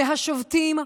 מהשובתים,